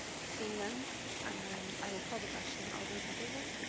seeing none um i will call the question. all those in favor?